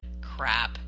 crap